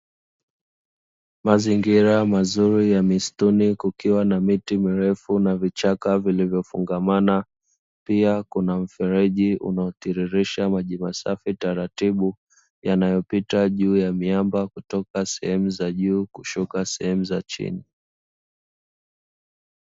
Mazingira mazuri ya misituni kukiwa na miti mirefu na vichaka vilivyofungamana, pia kuna mfereji unaotiririsha maji masafi taratibu, yanayopita juu ya miamba kutoka sehemu za juu kushuka sehemu za chini.